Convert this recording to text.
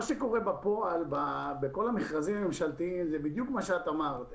מה שקורה בפועל בכל המכרזים הממשלתיים זה בדיוק מה שאמרת.